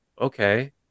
okay